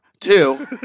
two